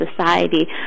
society